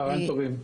צהריים טובים.